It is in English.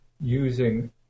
using